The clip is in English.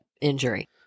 injury